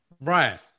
right